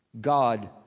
God